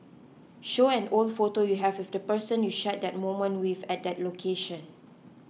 show an old photo you have with the person you shared that moment with at that location